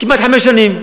כמעט חמש שנים.